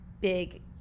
Big